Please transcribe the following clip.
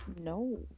No